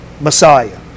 Messiah